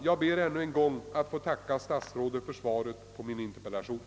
Jag ber att än en gång få tacka statsrådet för svaret på min interpellation.